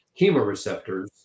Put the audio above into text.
chemoreceptors